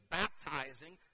baptizing